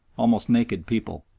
almost naked people,